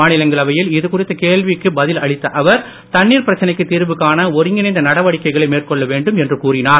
மாநிலங்களவையில் இது குறித்த கேள்விக்கு பதில் அளித்த அவர் தண்ணீர் பிரச்சனைக்குத் தீர்வு காண ஒருங்கிணைந்த நடவடிக்கைகளை மேற்கொள்ள வேண்டும் என்று கூறினார்